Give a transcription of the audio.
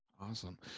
awesome